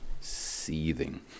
seething